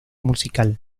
musical